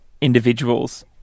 individuals